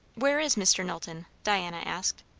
where is mr. knowlton? diana asked.